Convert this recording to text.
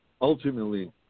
ultimately